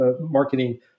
marketing